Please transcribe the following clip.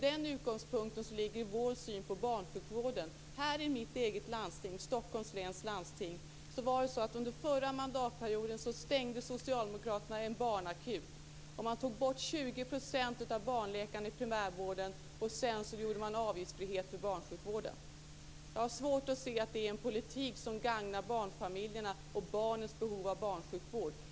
Den utgångspunkten ligger till grund för vår syn på barnsjukvården. Här i mitt eget hemlandsting 20 % av barnläkarna i primärvården och sedan införde man avgiftsfrihet för barnsjukvården. Jag har svårt att se att det är en politik som gagnar barnfamiljerna och barnens behov av barnsjukvård.